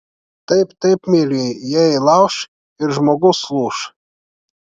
taip taip mielieji jei lauš ir žmogus lūš